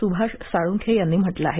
सुभाष साळूंखे यांनी म्हटलं आहे